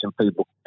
people